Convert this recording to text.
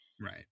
Right